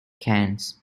cannes